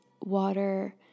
Water